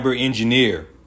engineer